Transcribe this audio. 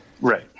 right